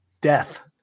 Death